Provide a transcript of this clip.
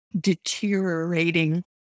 deteriorating